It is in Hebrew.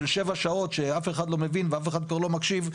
שבע שעות שאף אחד לא מבין ואף אחד כבר לא מקשיב,